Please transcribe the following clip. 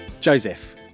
Joseph